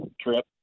trip